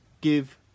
give